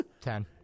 Ten